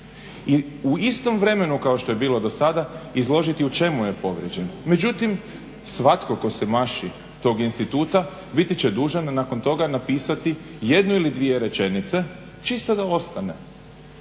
i u istom vremenu kao što je bilo do sada izložiti u čemu je bio povrijeđen. Međutim svatko tko se maši tog instituta biti će dužan nakon toga napisati jednu ili dvije rečenice čisto da ostane